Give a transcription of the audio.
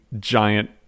giant